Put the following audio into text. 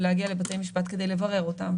ולהגיע לבתי משפט כדי לברר אותן,